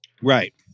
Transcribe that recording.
Right